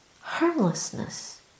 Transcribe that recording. harmlessness